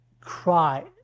cry